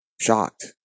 Shocked